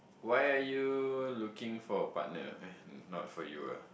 why are you looking for a partner eh not for you ah